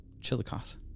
Chillicothe